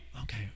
Okay